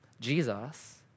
Jesus